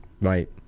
Right